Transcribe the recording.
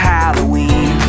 Halloween